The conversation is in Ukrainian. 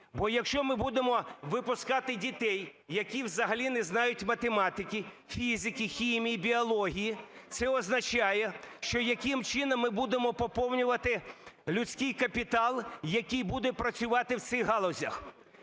Бо якщо ми будемо випускати дітей, які взагалі не знають математики, фізики, хімії, біології, це означає, що яким чином ми будемо поповнювати людський капітал, який буде працювати в цих галузях.